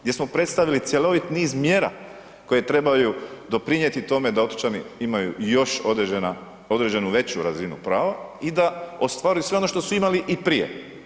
Gdje smo predstavili cjelovit niz mjera koje trebaju doprinijeti tome da otočani imaju još određenu veću razinu prava i da ostvare sve ono što su imali i prije.